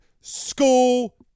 school